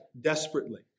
desperately